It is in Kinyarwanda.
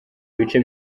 ibice